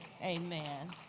amen